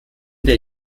der